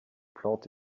plantes